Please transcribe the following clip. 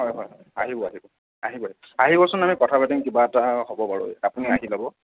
হয় হয় আহিব আহিব আহিব আহিবচোন আমি কথা পাতিম কিবা এটা হ'ব বাৰু আপুনি আহি ল'ব